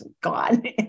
God